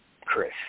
Chris